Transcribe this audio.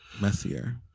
messier